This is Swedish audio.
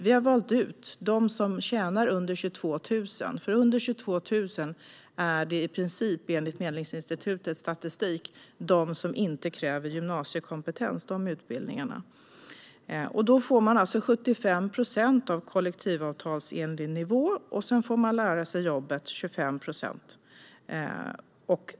Vi har valt ut dem som tjänar under 22 000 kronor, för enligt Medlingsinstitutets statistik handlar det när det gäller denna summa i princip om utbildningar som inte kräver gymnasiekompetens. Man får då 75 procent av kollektivavtalsenlig nivå och får lära sig jobbet under 25 procent.